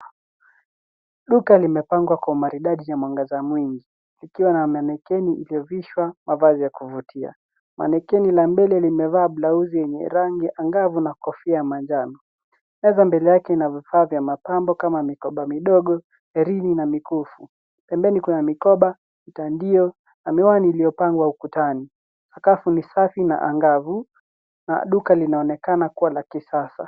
Duka limepangwa kwa umaridadi na mwangaza mwingi ikiwa na manikeni iliyovishwa mavazi ya kuvutia. Manikeni la mbele limevaa blauzi yenye rangi angavu na kofia ya manjano. Meza mbele yake ina vifaa vya mapambo kama mikoba midogo, merini na mikufu. Pembeni kuna mikoba, vitandio na miwani iliyopangwa ukutani. Sakafu ni safi na angavu na duka linaoonekana kuwa la kisasa.